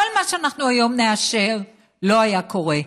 כל מה שאנחנו היום נאשר לא היה קורה.